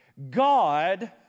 God